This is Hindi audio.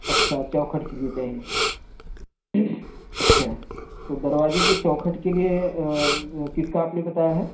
अच्छा चौखट के लिए चाहिए अच्छा तो दरवाजे के चौखट के लिए किसका आपने बताया है